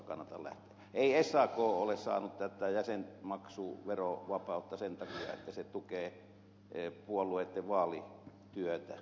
eivät sakn jäsenet ole saaneet tätä jäsenmaksuverovapautta sen takia että he tukevat puolueitten vaalityötä